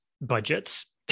budgets